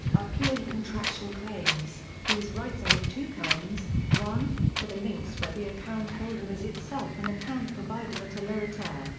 are purely contractual claims these rights are of two kinds one for the links where the account holder is itself an and account provider at a lower tier,